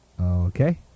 Okay